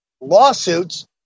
lawsuits